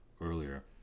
earlier